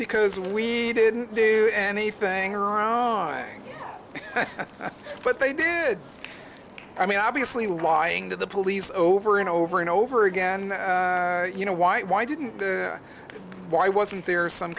because we didn't do anything wrong but they did i mean obviously lying to the police over and over and over again you know why why didn't why wasn't there some